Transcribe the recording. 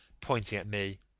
pointing at me,